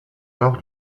nord